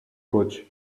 coach